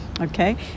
Okay